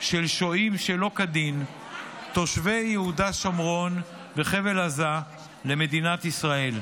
של שוהים שלא כדין תושבי יהודה שומרון וחבל עזה למדינת ישראל.